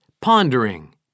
pondering